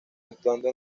actuando